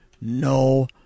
no